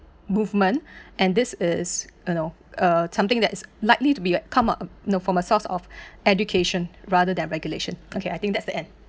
movement and this is you know uh something that is likely to be come a you know from a source of education rather than regulation okay I think that's the end